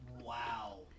Wow